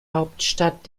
hauptstadt